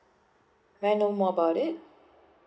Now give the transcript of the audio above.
may I know more about it